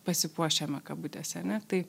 pasipuošiame kabutėse ane tai